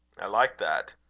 i like that.